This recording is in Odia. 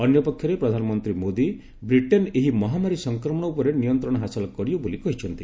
ଅନ୍ୟ ପକ୍ଷରେ ପ୍ରଧାନମନ୍ତ୍ରୀ ମୋଦୀ ବ୍ରିଟେନ୍ ଏହି ମହାମାରୀ ସଂକ୍ରମଣ ଉପରେ ନିୟନ୍ତ୍ରଣ ହାସଲ କରିବ ବୋଲି କହିଛନ୍ତି